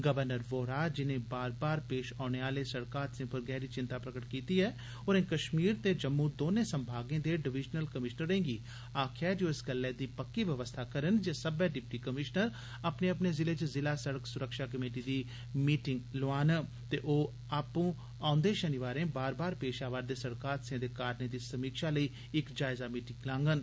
राज्यपाल वाहरा जिनें बार बार पेश औने आले सड़क हादसें पर गैह्रीचिंता प्रगट कीती ऐ होरेंकश्मीर ते जम्मू दौनें संभागें दे डिविजनल कमीशनरें गी आक्खेआ ऐ जे ओ इस गल्लै दी पक्की बवस्था करन जे सब्लै डिप्टी कमीशनर अपने अपने जिले च जिला सड़क सुरक्षा कमेटी दी मीटिंग लोआन ते ओ आपू औंदे शनिवारें बार बार पेश आवा'रदे सड़क हादसें दे कारणें दी समीक्षा लेई इक जायजा मीटिंग लोआंगन